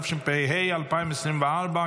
התשפ"ה 2024,